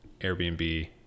Airbnb